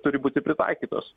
turi būti pritaikytos